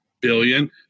billion